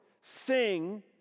Sing